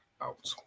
out